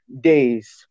days